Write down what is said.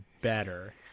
better